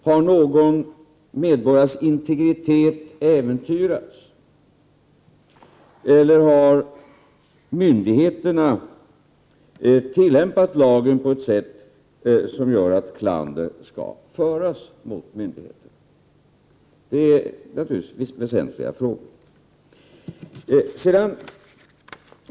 Har någon medborgares integritet äventyrats? Eller har myndigheterna tillämpat lagen på ett sätt som gör att klander skall föras mot dem? Detta är naturligtvis väsentliga frågor.